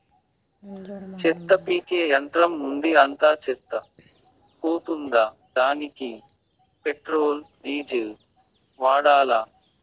చెత్త పీకే యంత్రం నుండి అంతా చెత్త పోతుందా? దానికీ పెట్రోల్, డీజిల్ వాడాలా?